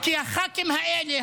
כי הח"כים האלה,